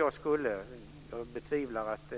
Jag betvivlar att